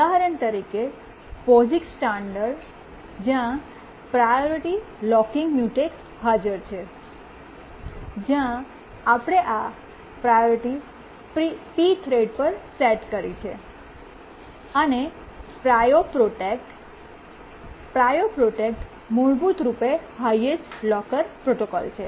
ઉદાહરણ તરીકે POSIX standard જ્યાં પ્રાયોરિટી લોકીંગ મ્યૂટેક્સ હાજર છે જ્યાં આપણે આ પ્રાયોરિટી p થ્રેડ પર સેટ કરી છે અને PRIO પ્રોટેક્ટ PRIO પ્રોટેક્ટ મૂળભૂત રૂપે હાયેસ્ટ લોકર પ્રોટોકોલ છે